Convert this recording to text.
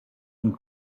and